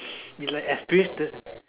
is like experience the